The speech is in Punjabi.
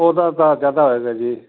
ਉਹਦਾ ਤਾਂ ਜ਼ਿਆਦਾ ਹੋਏਗਾ ਜੀ